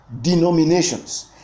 denominations